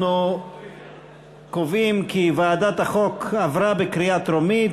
אנחנו קובעים כי הצעת החוק עברה בקריאה טרומית